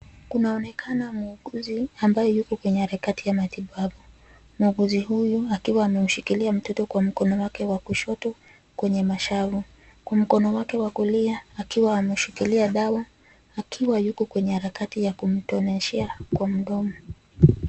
Kunaonekana muuguzi ambaye yuko kwenye harakati ya matibabu, muuguzi huyu akiwa amemshikilia mtoto kwa mkono wake wa kushoto, kwenye mashavu, kwa mkono wake wa kulia akiwa ameshikilia dawa, akiwa yuko kwenye harakati ya kumtoneshea kwa mdomo.